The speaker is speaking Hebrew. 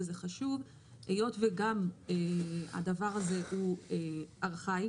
וזה חשוב היות וגם הדבר הזה הוא ארכאי,